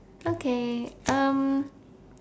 okay um